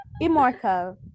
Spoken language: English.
immortal